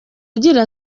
agira